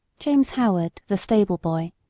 james howard, the stable boy,